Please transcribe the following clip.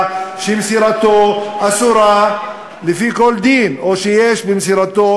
שמסירתו אסורה לפי כל דין או שיש במסירתו,